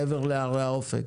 מעבר להרי האופק.